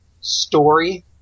story